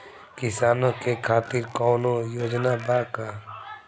किसानों के खातिर कौनो योजना बा का?